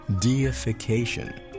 deification